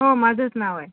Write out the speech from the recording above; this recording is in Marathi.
हो माझंच नाव आहे